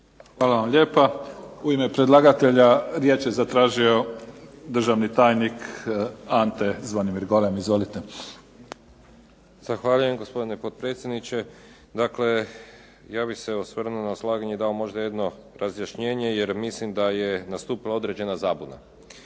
Hvala vam lijepa. U ime predlagatelja riječ je zatražio državni tajnik Ante Zvonimir Golem, izvolite. **Golem, Ante Zvonimir** Zahvaljujem gospodine potpredsjedniče. Dakle, ja bih se osvrnuo na izlaganje i dao možda jedno razjašnjenje jer mislim da je nastupila određena zabuna.